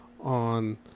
on